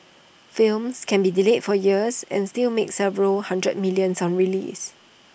films can be delayed for years and still make several hundred millions on release